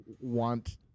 want